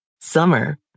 Summer